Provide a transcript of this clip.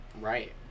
Right